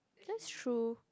that's true